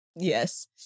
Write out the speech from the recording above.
Yes